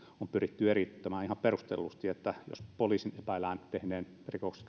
on pyritty eriyttämään ihan perustellusti jos poliisin epäillään tehneen rikoksen